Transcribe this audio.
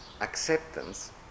Acceptance